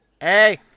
Hey